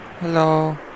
Hello